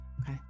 Okay